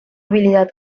habilidad